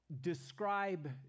describe